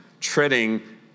treading